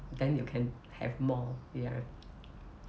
then you can have more ya